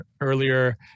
earlier